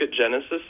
Genesis